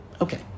Okay